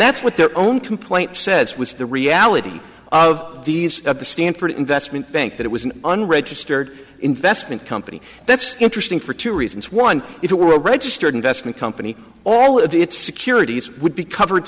that's what their own complaint says was the reality of these of the stanford investment bank that it was an unregistered investment company that's interesting for two reasons one if it were a registered investment company all of its securities would be covered